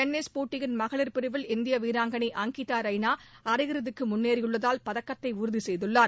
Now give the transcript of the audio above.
tennis போட்டியின் மகளிர் பிரிவில் இந்திய வீராங்கனை அங்கிதா ரெய்னா அரையிறுதிக்கு முன்னேறியுள்ளதால் பதக்கத்தை உறுதி செய்துள்ளார்